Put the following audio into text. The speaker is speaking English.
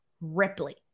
Ripley